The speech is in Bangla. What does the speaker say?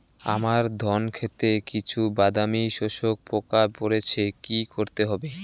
আমার ধন খেতে কিছু বাদামী শোষক পোকা পড়েছে কি করতে হবে?